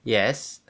yes